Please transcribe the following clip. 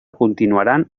continuaran